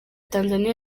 tanzaniya